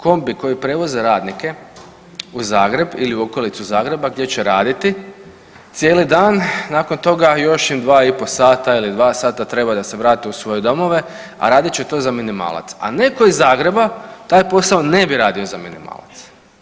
Kombi koji prevozi radnike u Zagreb ili okolicu Zagreba gdje će raditi cijeli dan, nakon toga još im 2,5 sata ili dva sata da se vrate u svoje domove, a radit će to za minimalac, a neko iz Zagreba taj posao ne bi radio za minimalac.